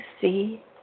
see